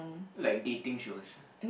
like dating shows